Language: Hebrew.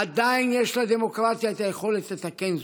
עדיין יש לדמוקרטיה את היכולת לתקן זאת,